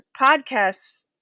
podcasts